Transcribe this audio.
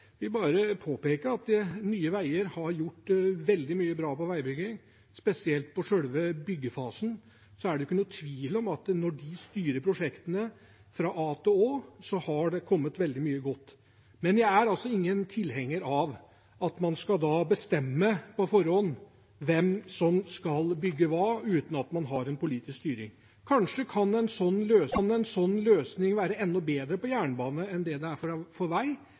vil bare påpeke at Nye Veier har gjort veldig mye bra innenfor veibygging, spesielt med selve byggefasen. Det er ikke noen tvil om at når de styrer prosjektene fra a til å, har det kommet veldig mye godt ut av det. Men jeg er altså ingen tilhenger av at man skal bestemme på forhånd hvem som skal bygge hva, uten at man har en politisk styring. Kanskje kan en sånn løsning være enda bedre for jernbane enn det er for vei. Man må gi handlefrihet til dem som skal løse oppdragene. Det er